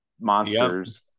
monsters